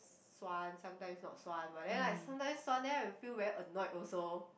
suan sometimes not suan but then like sometime suan then I feel very annoyed also